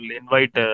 invite